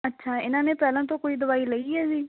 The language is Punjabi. ਅੱਛਾ ਇਹਨਾਂ ਨੇ ਪਹਿਲਾਂ ਤੋਂ ਕੋਈ ਦਵਾਈ ਲਈ ਹੈ ਜੀ